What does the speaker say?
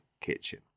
kitchen